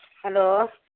hello